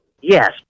Yes